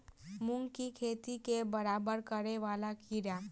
मूंग की खेती केँ बरबाद करे वला कीड़ा?